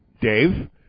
Dave